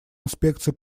инспекций